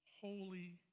holy